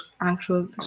actual